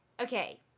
okay